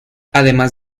además